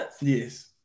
Yes